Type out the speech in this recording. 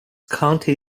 county